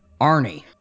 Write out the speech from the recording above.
Arnie